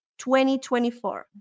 2024